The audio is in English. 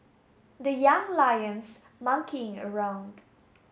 the Young Lions monkeying around